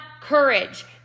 Courage